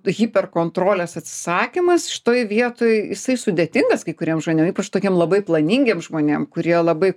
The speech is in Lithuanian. hiperkontrolės atsisakymas šitoj vietoj jisai sudėtingas kai kuriem žmonėm ypač tokiem labai planingiem žmonėm kurie labai